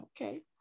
Okay